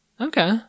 Okay